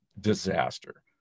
disaster